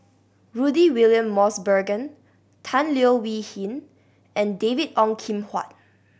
Rudy William Mosbergen Tan Leo Wee Hin and David Ong Kim Huat